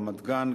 רמת-גן,